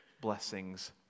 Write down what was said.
blessings